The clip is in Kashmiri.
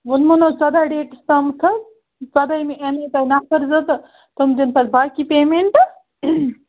ووٚنمَو نا حظ سداہ ڈیٹٕس تامَتھ حظ سداہمہِ یِنہٕ تۄہہِ نَفر زٕ تہٕ تِم دِنۍ پتہٕ باقٕے پیٚمنٹہٕ